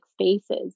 spaces